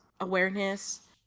awareness